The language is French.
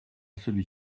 celui